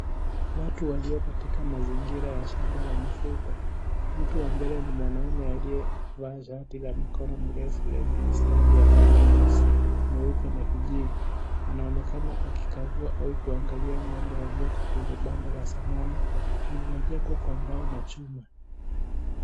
Watu walio katika mazingira ya shamba la mifugo. Mtu wa mbele ni mwanaume aliyevaa shati la mikono mirefu yenye mistari ya rangi nyeusi, nyeupe na kijivu. Anaonekana akikagua kuangalia ng'ombe walioko kwenye Banda la zamani iliyojengwa kwa mbao na chuma.